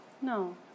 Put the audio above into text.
No